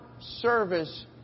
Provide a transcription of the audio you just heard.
service